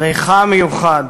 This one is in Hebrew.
ריחה המיוחד,